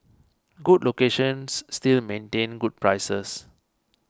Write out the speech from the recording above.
good locations still maintain good prices